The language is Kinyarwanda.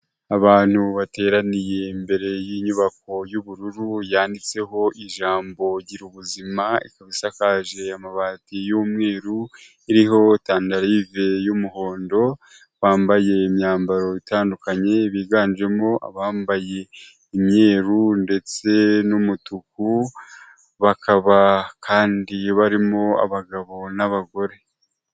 Abantu bateraniye imbere y'inyubako y'ubururu yanditseho ijambo girabu ubuzima, ikaba isakaje amabati y'umweru iriho tandarive y'umuhondo bambaye imyambaro itandukanye biganjemo abambaye imyeru ndetse n'umutuku bakaba kandi barimo abagabo n'abagore.